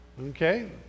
okay